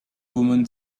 woman